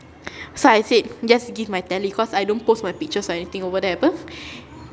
so I said just give my tele cause I don't post my pictures or anything over there [pe]